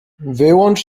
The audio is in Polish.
wyłącz